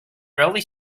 really